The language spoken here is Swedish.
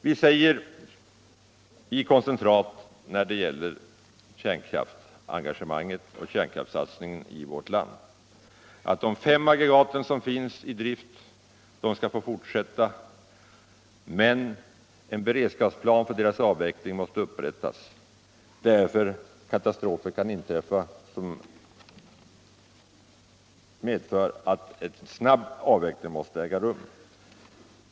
Vi säger i koncentrat när det gäller kärnkraftsengagemanget och kärnkraftssatsningen i vårt land att de fem aggregat som finns i drift skall få fortsätta, men en beredskapsplan för deras avveckling måste upprättas, därför att katastrofer kan inträffa som medför att en snabb avveckling måste äga rum.